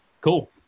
Cool